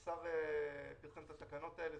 אגב השר פרסם את התקנות האלה.